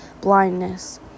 blindness